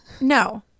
no